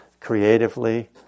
creatively